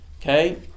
okay